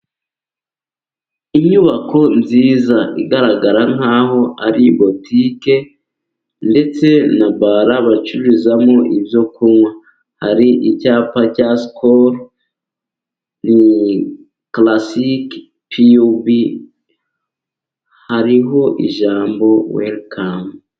Inyubako nziza igaragara nk'aho ari botike ndetse na bala, bacururizamo ibyo kunywa. Hari icyapa cya sikolo ni kalasike piyubi. Hariho ijambo welikamu.